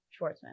Schwartzman